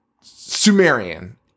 Sumerian